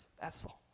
vessel